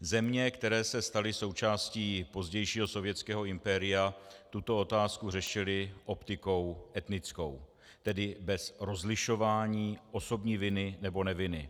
Země, které se staly součástí pozdějšího sovětského impéria, tuto otázku řešily optikou etnickou, tedy bez rozlišování osobní viny nebo neviny.